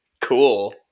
Cool